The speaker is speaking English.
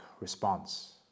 response